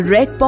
Red